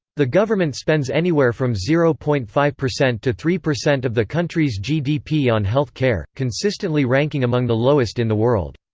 the government spends anywhere from zero point five to three percent of the country's gdp on health care, consistently ranking among the lowest in the world.